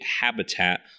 habitat